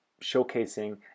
showcasing